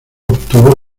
obtuvo